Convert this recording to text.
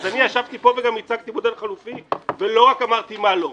אני ישבתי כאן וגם הצגתי מודל חלופי ולא רק אמרתי מה לא.